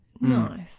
Nice